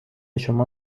شما